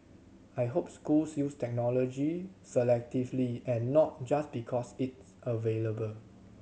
I hope schools use technology selectively and not just because it's available